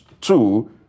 two